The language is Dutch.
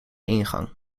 ingang